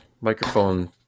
microphone